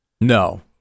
No